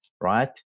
right